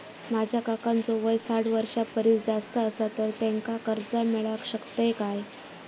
माझ्या काकांचो वय साठ वर्षां परिस जास्त आसा तर त्यांका कर्जा मेळाक शकतय काय?